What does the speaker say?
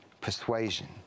persuasion